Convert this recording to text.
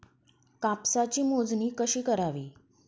कापसाची मोजणी कशी करावी?